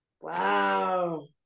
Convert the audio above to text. Wow